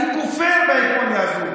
אני כופר בהגמוניה הזו.